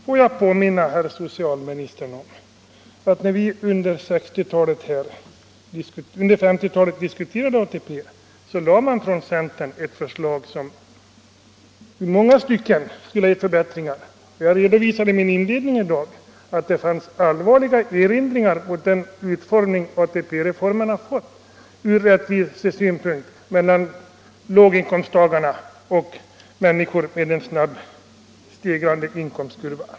Får jag påminna herr socialministern om att när vi under 1950-talet diskuterade ATP lade centern fram ett förslag som i många stycken skulle ha inneburit förbättringar. Jag redovisade i mitt inledningsanförande i dag att det fanns allvarliga erinringar mot utformningen av ATP-reformen med de orättvisor som den inneburit mellan låginkomsttagarna och människor med en snabbt stegrad inkomstkurva.